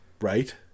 Right